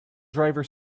driver